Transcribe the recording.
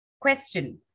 Question